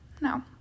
No